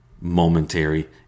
momentary